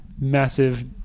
massive